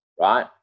right